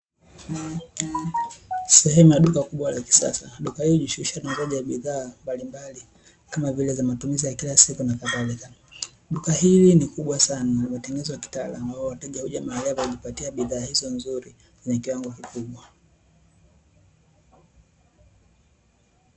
Sehemu ya duka kubwa la kisasa la bidhaa mbalimbali kama vile; za matumizi ya kila siku na kadhalika. Duka hili ni kubwa sana limetengenezwa kitaalamu ambapo wateja huja na kujipatia bidhaa hizo nzuri zenye kiwango kikubwa.